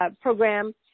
program